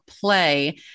play